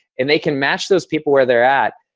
and they can match those people where they're at.